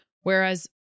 Whereas